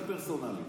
זה פרסונלי.